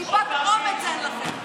טיפת אומץ אין לכם.